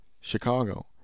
Chicago